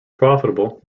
profitable